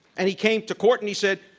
and he came to court and he said,